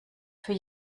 für